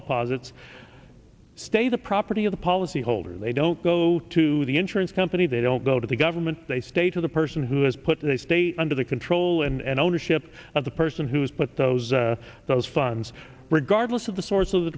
deposits stay the property of the policy holder they don't go to the insurance company they don't go to the government they state to the person who has put the state under the control and ownership of the person who's put those those funds regardless of the source of the